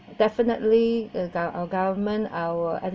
definitely uh gov~ government our edu~